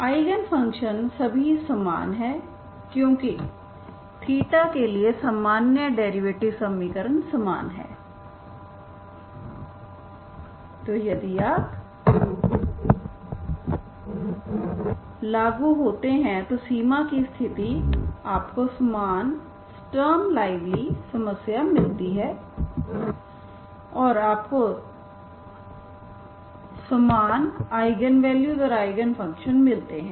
eigen function सभी समान हैं क्योंकि के लिए सामान्य डेरिवेटिव समीकरण समान है और यदि आप लागू होते हैं तो सीमा की स्थिति आपको समान स्टॉर्म लाइवली समस्या मिलती है और आपको समान आईगन मूल्य और आईगन फ़ंक्शन मिलते हैं